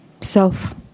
self